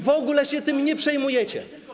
W ogóle się tym nie przejmujecie.